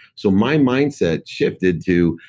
so my mindset shifted to,